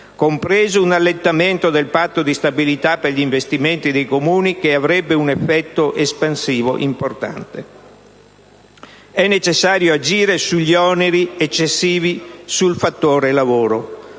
compreso un allentamento del patto di stabilità per gli investimenti dei Comuni, che avrebbe un effetto espansivo importante. È importante agire sugli oneri eccessivi sul fattore lavoro.